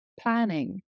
planning